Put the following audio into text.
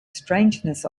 strangeness